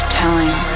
telling